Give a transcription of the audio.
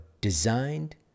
designed